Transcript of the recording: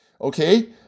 okay